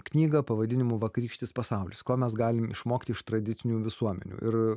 knygą pavadinimu vakarykštis pasaulis ko mes galime išmokti iš tradicinių visuomenių ir